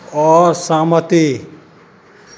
असहमति